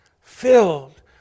filled